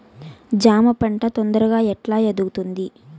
జామ పంట తొందరగా ఎట్లా ఎదుగుతుంది?